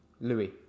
Louis